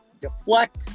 deflect